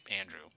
Andrew